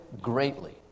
greatly